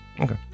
okay